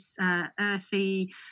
earthy